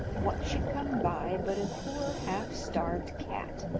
what should come by but a poor half-starved cat,